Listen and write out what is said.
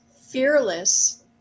fearless